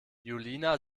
julina